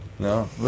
no